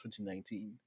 2019